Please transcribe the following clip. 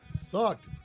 Sucked